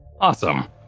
Awesome